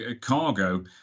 cargo